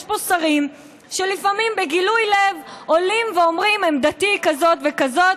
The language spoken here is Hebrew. יש פה לפעמים שרים שבגילוי לב עולים ואומרים: עמדתי היא כזאת וכזאת,